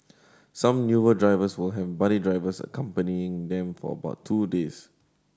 some newer drivers will have buddy drivers accompanying them for about two days